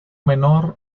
menor